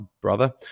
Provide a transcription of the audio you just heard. brother